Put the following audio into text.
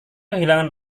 kehilangan